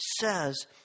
says